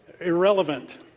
Irrelevant